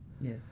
Yes